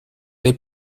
they